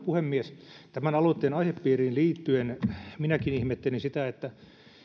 puhemies tämän aloitteen aihepiiriin liittyen minäkin ihmettelin sitä että